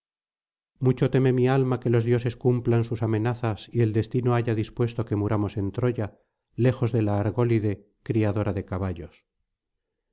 mucho teme mi alma que los dioses cumplan sus amenazas y el destino haya dispuesto que muramos en troya lejos de la argólide criadora de caballos